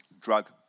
drug